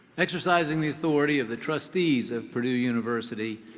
exercising the authority of the trustees of purdue university,